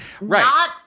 Right